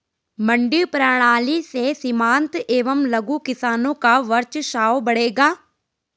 मंडी प्रणाली से सीमांत एवं लघु किसानों का वर्चस्व बढ़ेगा